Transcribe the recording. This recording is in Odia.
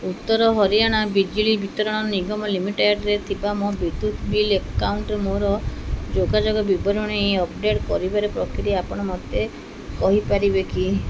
ଉତ୍ତର ହରିୟାଣା ବିଜଲି ବିତରଣ ନିଗମ ଲିମିଟେଡ଼୍ରେ ଥିବା ମୋ ବିଦ୍ୟୁତ ବିଲ୍ ଆକାଉଣ୍ଟରେ ମୋର ଯୋଗାଯୋଗ ବିବରଣୀ ଅପଡ଼େଟ୍ କରିବାରେ ପ୍ରକ୍ରିୟା ଆପଣ ମୋତେ କହିପାରିବେ କି